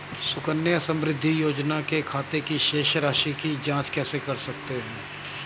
सुकन्या समृद्धि योजना के खाते की शेष राशि की जाँच कैसे कर सकते हैं?